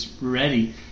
ready